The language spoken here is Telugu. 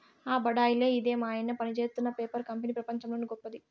ఆ బడాయిలే ఇదే మాయన్న పనిజేత్తున్న పేపర్ కంపెనీ పెపంచంలోనే గొప్పది